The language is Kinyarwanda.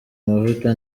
mavuta